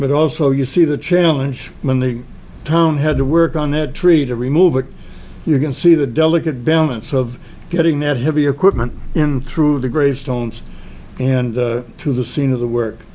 but also you see the challenge when the town had to work on that tree to remove it you can see the delicate balance of getting that heavy equipment in through the gravestones and to the scene of the work